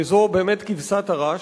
זו באמת כבשת הרש.